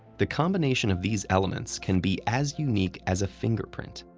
the combination of these elements can be as unique as a fingerprint.